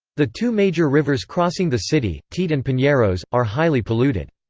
the two major rivers crossing the city, tiete and pinheiros, are highly polluted.